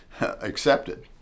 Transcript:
accepted